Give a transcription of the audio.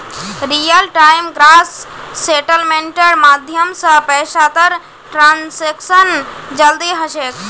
real time gross सेटलमेंटेर माध्यम स पैसातर ट्रांसैक्शन जल्दी ह छेक